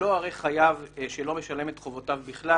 שלא הרי חייב שלא משלם את חובותיו בכלל